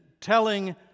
telling